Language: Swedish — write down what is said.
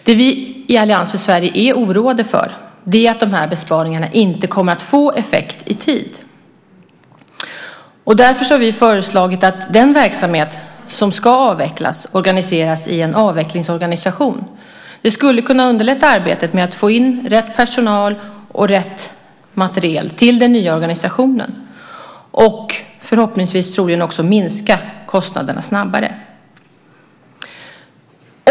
Det vi i Allians för Sverige är oroade för är att de här besparingarna inte kommer att få effekt i tid. Därför har vi föreslagit att den verksamhet som ska avvecklas organiseras i en avvecklingsorganisation. Det skulle kunna underlätta arbetet med att få in rätt personal och rätt materiel till den nya organisationen, och, förhoppningsvis, troligen också minska kostnaderna snabbare.